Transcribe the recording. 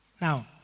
Now